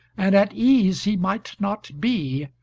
and at ease he might not be,